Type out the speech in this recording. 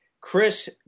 Chris